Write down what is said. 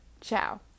Ciao